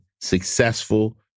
successful